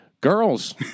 Girls